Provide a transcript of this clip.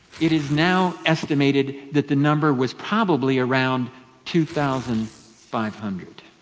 it is now estimated that the number was probably around two thousand five hundred,